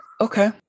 Okay